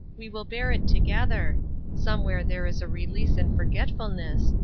we will bear it together somewhere there is release and forgetfulness,